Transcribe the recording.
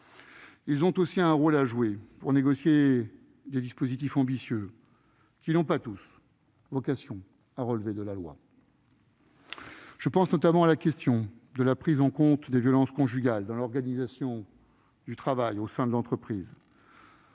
Ils ont aussi un rôle à jouer pour négocier des dispositifs ambitieux qui n'ont pas tous vocation à relever de la loi. Je pense notamment à la question de la prise en compte des violences conjugales dans l'organisation du travail au sein de l'entreprise.